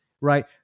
right